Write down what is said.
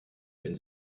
wenn